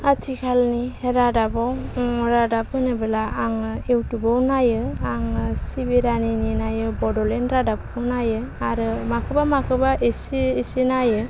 आथिखालनि रादाबाव रादाब होनोबोला आङो इउटुबआव नायो आङो सिबि रानिनि नायो बड'लेन्ड रादाबखौ नायो आरो माखौबा माखौबा एसे एसे नायो